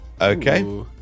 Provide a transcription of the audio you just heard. Okay